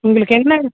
உங்களுக்கு என்ன